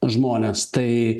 žmonės tai